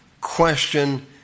question